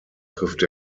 trifft